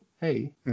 hey